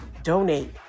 donate